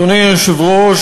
אדוני היושב-ראש,